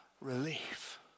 Relief